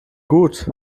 gut